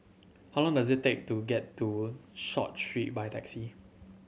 how long does it take to get to Short Street by taxi